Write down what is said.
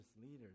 leaders